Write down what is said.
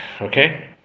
okay